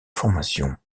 formation